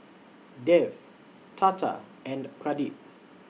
Dev Tata and Pradip